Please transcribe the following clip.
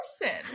person